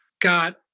got